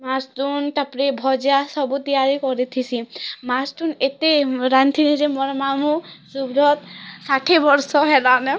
ମାସ୍ ତୁନ୍ ତା'ପରେ ଭଜା ସବୁ ତିଆରି କରିଥେସିଁ ମାସ୍ ତୁନ୍ ଏତେ ରାନ୍ଧିଥିନି ଯେ ମୋର୍ ମାମୁଁ ସୁବ୍ରତ ଷାଠିଏ ବର୍ଷ ହେଲାନ